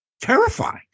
terrifying